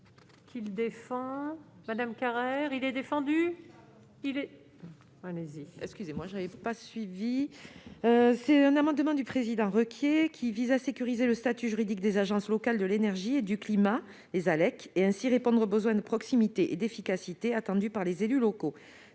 Cet amendement du président Requier vise à sécuriser le statut juridique des agences locales de l'énergie et du climat et à répondre aux besoins de proximité et d'efficacité attendue par les élus locaux.